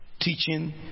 teaching